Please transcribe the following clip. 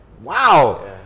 Wow